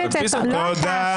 לא.